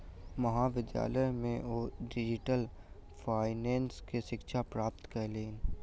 महाविद्यालय में ओ डिजिटल फाइनेंस के शिक्षा प्राप्त कयलैन